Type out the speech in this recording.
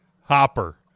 hopper